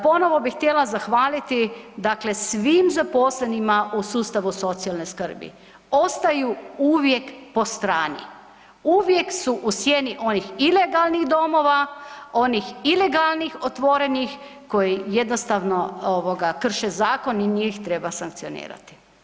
Ponovo bih htjela zahvaliti, dakle svim zaposlenima u sustavu socijalne skrbi, ostaju uvijek po strani, uvijek su u sjeni onih ilegalnih domova, onih ilegalnih otvorenih koji jednostavno ovoga krše zakon i njih treba sankcionirati.